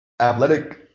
athletic